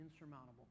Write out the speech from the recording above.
insurmountable